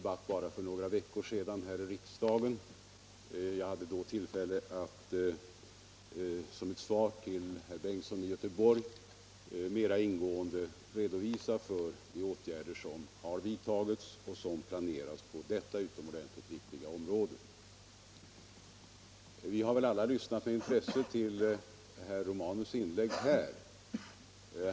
Bara för några veckor sedan hade vi en debatt i riksdagen då jag som svar till herr Bengtsson i Göteborg hade tillfälle att mera ingående redovisa de åtgärder som har vidtagits och planeras på detta utomordentligt viktiga område. Vi har alla lyssnat med intresse till herr Romanus inlägg.